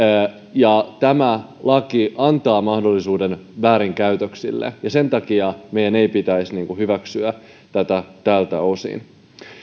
ja tämä laki antaa mahdollisuuden väärinkäytöksille sen takia meidän ei pitäisi hyväksyä tätä tältä osin